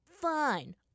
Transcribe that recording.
Fine